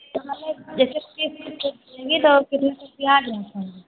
तो मतलब जैसे क़िस्त पर लेंगी तो और कितने का ब्याज रहता होगा